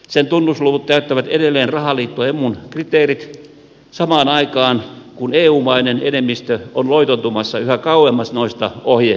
sen tunnusluvut täyttävät edelleen rahaliitto emun kriteerit samaan aikaan kun eu maiden enemmistö on loitontumassa yhä kauemmas noista ohjearvoista